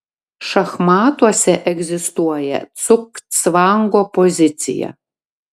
šachmatuose egzistuoja cugcvango pozicija